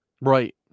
right